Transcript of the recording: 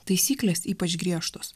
taisyklės ypač griežtos